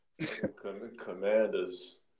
Commanders